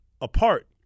apart